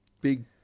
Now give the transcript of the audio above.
big